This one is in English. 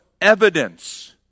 evidence